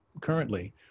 currently